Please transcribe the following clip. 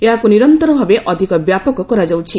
ଏହାକୁ ନିରନ୍ତର ଭାବେ ଅଧିକ ବ୍ୟାପକ କରାଯାଉଛି